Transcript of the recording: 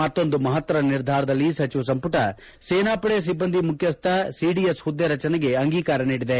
ಮತ್ತೊಂದು ಮಹತ್ತರ ನಿರ್ಧಾರದಲ್ಲಿ ಸಚಿವ ಸಂಪುಟ ಸೇನಾಪಡೆ ಸಿಬ್ಬಂದಿ ಮುಖ್ಯಸ್ದ ಸಿದಿಎಸ್ ಹುದ್ದೆ ರಚನೆಗೆ ಅಂಗೀಕಾರ ನೀಡಿದೆ